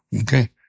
okay